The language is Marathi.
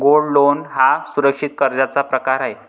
गोल्ड लोन हा सुरक्षित कर्जाचा प्रकार आहे